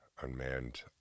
unmanned